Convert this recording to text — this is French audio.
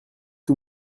que